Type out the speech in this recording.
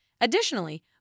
Additionally